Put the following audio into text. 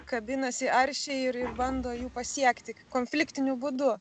kabinasi aršiai ir ir bando jų pasiekti konfliktiniu būdu